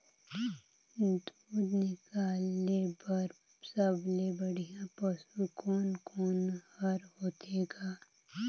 दूध निकाले बर सबले बढ़िया पशु कोन कोन हर होथे ग?